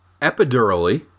Epidurally